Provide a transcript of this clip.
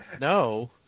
No